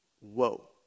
whoa